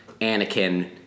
Anakin